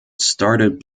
started